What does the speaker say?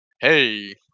hey